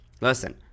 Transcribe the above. Listen